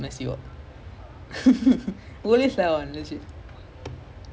left footed and ya I mean this footwork is almost like